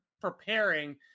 preparing